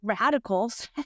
radicals